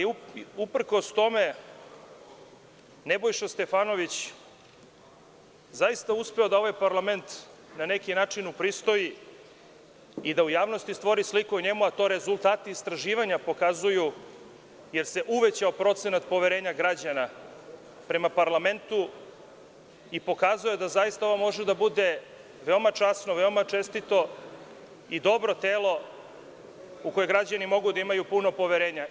Uprkos tome, Nebojša Stefanović je zaista uspeo da ovaj parlament na neki način upristoji i da u javnosti stvori sliku o njemu, a to rezultati istraživanja pokazuju, jer se uvećao procenat poverenja građana prema parlamentu i pokazao je da zaista ovo može da bude veoma časno, veoma čestito i dobro telo, u koje građani mogu da imaju puno poverenja.